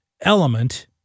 element